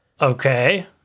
Okay